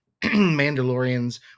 mandalorians